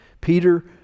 Peter